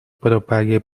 propague